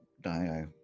die